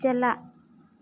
ᱪᱟᱞᱟᱜ